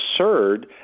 absurd